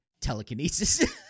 telekinesis